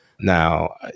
Now